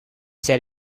said